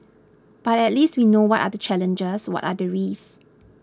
but at least we know what are the challenges what are the risks